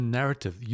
narrative